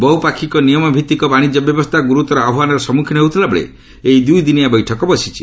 ବହୁ ପାକ୍ଷିକ ନିୟମ ଭିତ୍ତିକ ବାଣିଜ୍ୟ ବ୍ୟବସ୍ଥା ଗୁରୁତର ଆହ୍ୱାନର ସମ୍ମୁଖୀନ ହେଉଥିବାବେଳେ ଏହି ଦୁଇ ଦିନିଆ ବୈଠକ ବସିଛି